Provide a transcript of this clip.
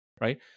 right